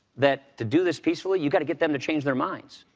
that to do this peacefully, you've got to get them to change their minds.